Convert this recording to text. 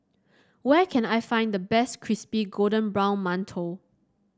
where can I find the best Crispy Golden Brown Mantou